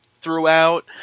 throughout